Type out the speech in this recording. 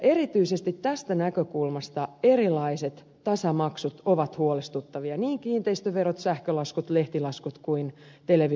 erityisesti tästä näkökulmasta erilaiset tasamaksut ovat huolestuttavia niin kiinteistöverot sähkölaskut lehtilaskut kuin televisioluvat